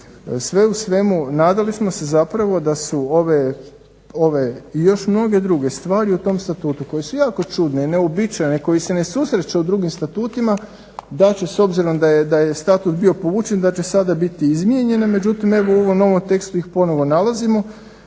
Sve u svemu nadali smo se zapravo da su ove i još mnoge stvari u tom Statutu koje su jako čudne i neuobičajene i koje se ne susreću u drugim statutima da će s obzirom da je statut bio povučen da će sada biti izmijenjen, međutim evo u ovom novom tekstu ih ponovno nalazimo.